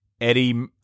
Eddie